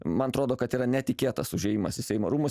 man atrodo kad yra netikėtas užėjimas į seimo rūmus